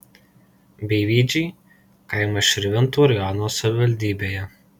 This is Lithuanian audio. beivydžiai kaimas širvintų rajono savivaldybėje